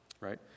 right